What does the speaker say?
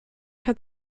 hat